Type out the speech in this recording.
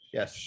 Yes